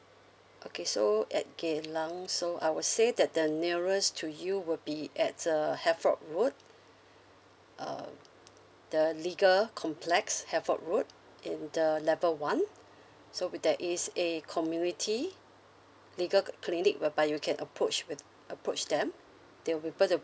okay so at geylang so I would say that the nearest to you will be at the havelock road err the legal complex havelock road in the level one so with that is a community legal uh clinic whereby you can approach with approach them they will be able to